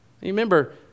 Remember